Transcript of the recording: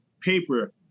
paper